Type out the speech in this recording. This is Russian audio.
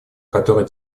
который